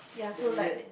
then let